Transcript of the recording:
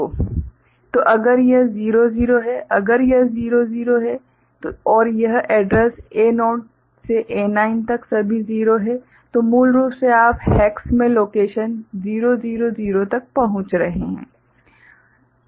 तो अगर यह 00 है अगर यह 00 है और यह एड्रैस A0 से A9 तक सभी 0 है तो मूल रूप से आप हेक्स में लोकेशन 000 तक पहुँच रहे हैं